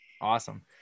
Awesome